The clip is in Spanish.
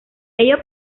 ello